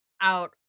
out